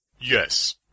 Yes